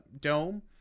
dome